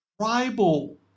tribal